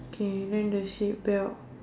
okay then the seat belt